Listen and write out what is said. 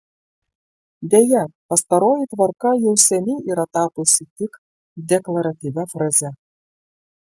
deja pastaroji tvarka jau seniai yra tapusi tik deklaratyvia fraze